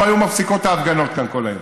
לא היו מפסיקות ההפגנות כאן כל היום,